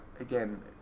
again